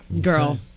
Girl